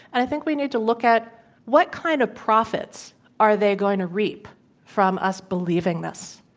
and i think we need to look at what kind of profits are they going to reap from us believing this.